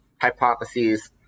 hypotheses